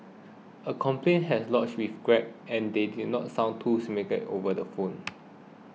a complaint has lodged with Grab and they didn't sound too sympathetic over the phone